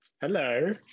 Hello